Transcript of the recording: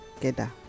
together